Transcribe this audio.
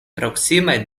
proksime